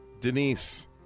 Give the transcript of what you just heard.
Denise